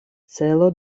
celo